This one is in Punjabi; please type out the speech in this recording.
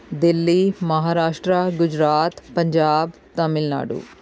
ਦਿੱਲੀ ਮਹਾਰਾਸ਼ਟਰ ਗੁਜਰਾਤ ਪੰਜਾਬ ਤਾਮਿਲਨਾਡੂ